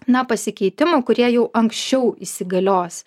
na pasikeitimų kurie jau anksčiau įsigalios